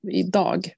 idag